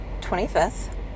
25th